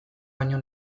baino